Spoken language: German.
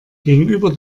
gegenüber